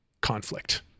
conflict